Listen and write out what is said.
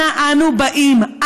אנה אנו באים,